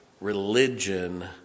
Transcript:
religion